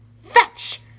fetch